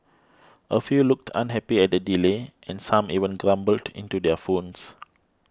a few looked unhappy at the delay and some even grumbled into their phones